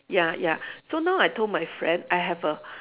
ya ya so now I told my friend I have a